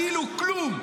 כאילו כלום.